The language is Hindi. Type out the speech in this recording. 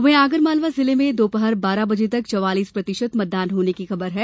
वहीं आगर मालवा जिले में दोपहर बारह बजे तक चवालीस प्रतिशत मतदान होने की खबर है